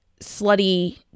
slutty